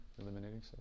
eliminating